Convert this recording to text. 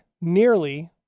nearly